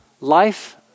life